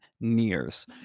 nears